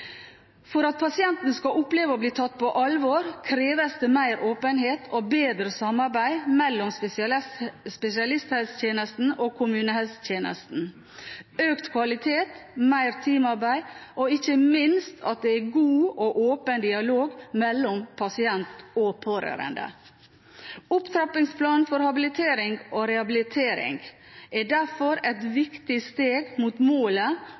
For at pasienten skal oppleve å bli tatt på alvor kreves det mer åpenhet og bedre samarbeid mellom spesialisthelsetjenesten og kommunehelsetjenesten – økt kvalitet, mer teamarbeid og ikke minst at det er god og åpen dialog med pasient og pårørende. Opptrappingsplanen for habilitering og rehabilitering er derfor et viktig steg mot målet